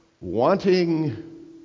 wanting